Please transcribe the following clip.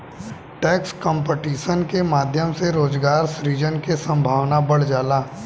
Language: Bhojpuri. टैक्स कंपटीशन के माध्यम से रोजगार सृजन के संभावना बढ़ जाला